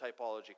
typology